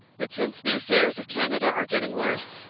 but since the affairs of canada are getting worse,